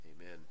amen